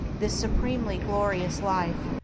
this supremely glorious life,